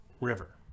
river